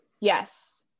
Yes